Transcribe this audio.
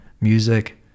music